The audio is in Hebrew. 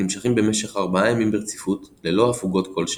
הנמשכים במשך ארבעה ימים ברציפות ללא הפוגות כלשהן.